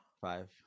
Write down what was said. Five